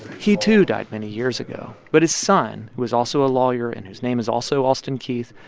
he, too, died many years ago but his son, who was also a lawyer and whose name is also alston keith,